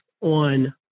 on